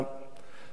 לדעתי,